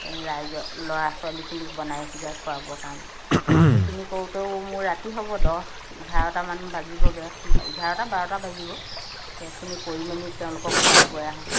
ৰাইজক ল'ৰা ছোৱালীখিনিক বনাই সিজাই খুৱাবৰ কাৰণে সেইখিনি কৰোঁতেও মোৰ ৰাতি হ'ব দহ এঘাৰটা মান বাজিবগৈ এঘাৰটা বাৰটা বাজিব সেইখিনি কৰি মেলি তেওঁলোকক খুৱাই বুৱাই আহোঁতে